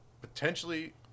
Potentially